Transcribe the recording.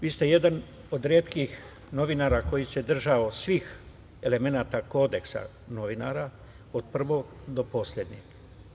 Vi ste jedan od retkih novinara koji se držao svih elemenata kodeksa novinara od prvog do poslednjeg.